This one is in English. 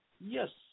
yes